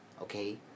okay